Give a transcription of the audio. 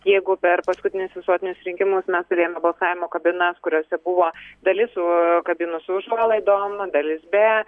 jeigu per paskutinius visuotinius rinkimus mes turėjome balsavimo kabinas kuriose buvo dalis su kabinų su užuolaidom dalis be